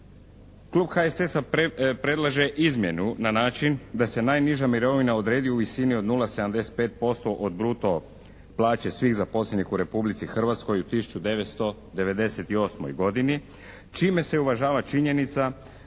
Klub HSS-a predlaže izmjenu na način da se najniža mirovina odredi u visini od 0,75% od bruto plaće svih zaposlenih u Republici Hrvatskoj u 1998. godini čime se uvažava činjenica